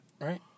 right